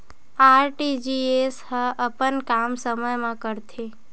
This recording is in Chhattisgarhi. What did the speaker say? आर.टी.जी.एस ह अपन काम समय मा करथे?